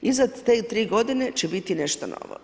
Iza te tri godine će biti nešto novo.